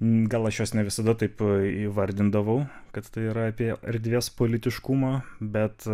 gal aš jos ne visada taip įvardindavau kad tai yra apie erdvės politiškumą bet